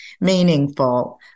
meaningful